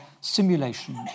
simulation